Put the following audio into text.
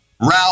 Ralph